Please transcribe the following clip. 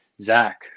Zach